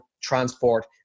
transport